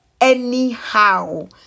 anyhow